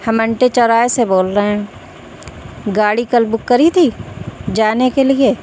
ہم انٹے چوراہے سے بول رہیں گاڑی کل بک کری تھی جانے کے لیے